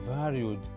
varied